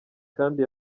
kandi